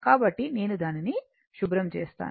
కాబట్టి నేను దానిని శుభ్రం చేస్తాను